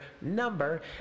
number